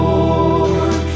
Lord